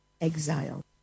exile